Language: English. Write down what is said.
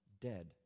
dead